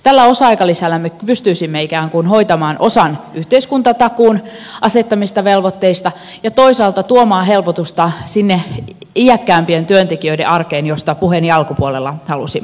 tällä osa aikalisällä me pystyisimme ikään kuin hoitamaan osan yhteiskuntatakuun asettamista velvoitteista ja toisaalta tuomaan helpotusta sinne iäkkäämpien työntekijöiden arkeen josta puheeni alkupuolella halusin mainita